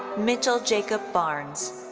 mitchel jacob barnes.